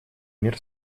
мир